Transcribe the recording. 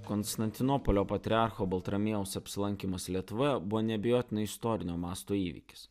konstantinopolio patriarcho baltramiejaus apsilankymas lietuvoje buvo neabejotinai istorinio masto įvykis